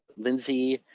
lindsay.